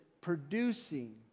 producing